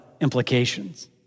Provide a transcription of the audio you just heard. implications